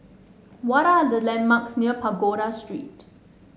what are the landmarks near Pagoda Street